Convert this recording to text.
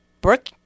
Brooke